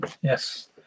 Yes